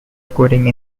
scoring